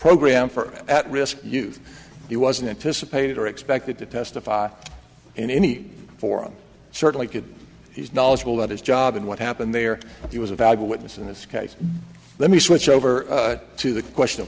program for at risk youth it wasn't anticipated or expected to testify in any form certainly could he's knowledgeable about his job and what happened there he was a valuable witness in this case let me switch over to the question of